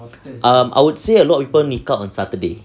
um I would say a lot of people nikah on saturday